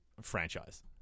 franchise